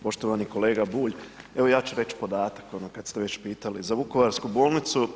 Poštovani kolega Bulj, evo ja ću reći podatak, ono kada ste već pitali za Vukovarsku bolnicu.